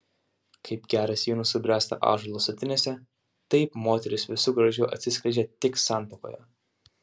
kaip geras vynas subręsta ąžuolo statinėse taip moteris visu grožiu atsiskleidžia tik santuokoje